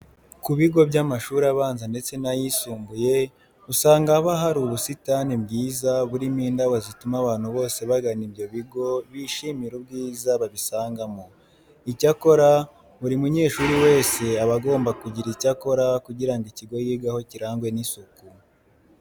Ku bigo by'amashuri abanza ndetse n'ayisumbuye usanga haba hari ubusitani bwiza burimo indabo zituma abantu bose bagana ibyo bigo bishimira ubwiza babisangana. Icyakora buri munyeshuri wese aba agomba kugira icyo akora kugira ngo ikigo yigaho kirangwe n'isuku.